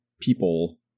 people